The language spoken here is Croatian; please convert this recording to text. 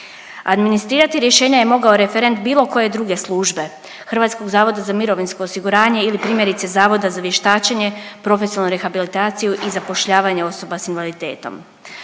Administrirati rješenja je mogao referent bilo koje druge službe, HZMO-a ili, primjerice, Zavoda za vještačenje, profesionalnu rehabilitaciju i zapošljavanje osoba s invaliditetom.